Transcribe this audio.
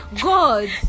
god